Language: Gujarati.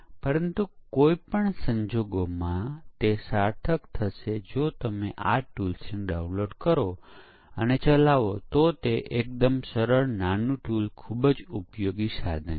આપણે એકમ પરીક્ષણ શરૂ કરતા પહેલા આપણે યુનિટ માટે ડ્રાઇવરો અને સ્ટબ્સ લખવા પડશે